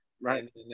Right